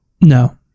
No